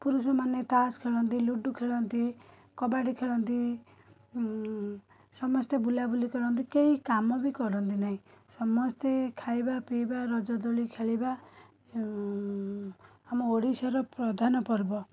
ପୁରୁଷ ମାନେ ତାସ ଖେଳନ୍ତି ଲୁଡ଼ୁ ଖେଳନ୍ତି କବାଡ଼ି ଖେଳନ୍ତି ସମସ୍ତେ ବୁଲାବୁଲି କରନ୍ତି କେହି କାମ ବି କରନ୍ତି ନାହିଁ ସମସ୍ତେ ଖାଇବା ପିଇବା ରଜଦୋଳି ଖେଳିବା ଆମ ଓଡ଼ିଶାର ପ୍ରଧାନପର୍ବ